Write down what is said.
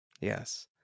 Yes